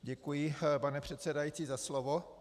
Děkuji, pane předsedající, za slovo.